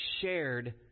shared